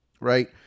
Right